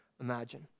imagine